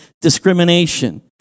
Discrimination